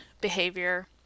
behavior